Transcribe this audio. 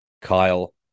Kyle